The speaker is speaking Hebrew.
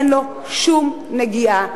אין לו שום נגיעה,